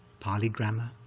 pali grammar,